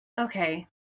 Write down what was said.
Okay